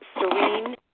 serene